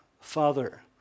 Father